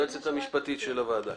היועצת המשפטית של הוועדה.